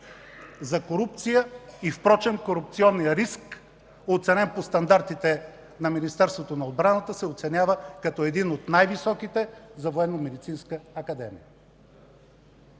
за корупция. Впрочем корупционният риск, оценен по стандартите на Министерството на отбраната, се оценява като един от най-високите за Военномедицинска академия.